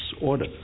order